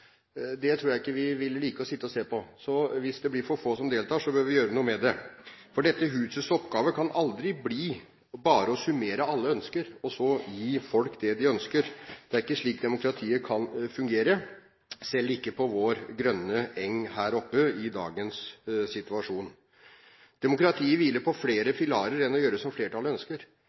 Det tror jeg ikke vi ville like å sitte og se på. Så hvis det blir for få som deltar, bør vi gjøre noe med det. For dette husets oppgave kan aldri bli bare å summere alle ønsker og så gi folk det de ønsker. Det er ikke slik demokratiet kan fungere i dagens situasjon, selv ikke på vår grønne eng her oppe. Demokratiet hviler på flere pilarer enn å gjøre som flertallet ønsker.